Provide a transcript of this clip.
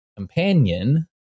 Companion